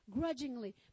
grudgingly